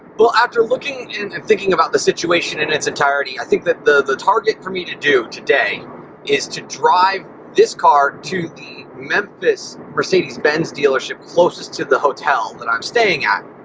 after looking in and thinking about the situation in its entirety, i think that the the target for me to do today is to drive this car to the memphis mercedes-benz dealership closest to the hotel that i'm staying at.